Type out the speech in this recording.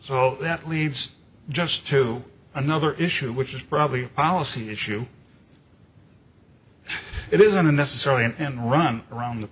so that leaves just two another issue which is probably a policy issue it isn't necessarily an end run around the